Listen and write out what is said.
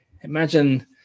imagine